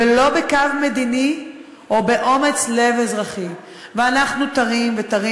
"ולא בקו מדיני או באומץ לב אזרחי." ואנחנו תרים ותרים